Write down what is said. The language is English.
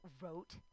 wrote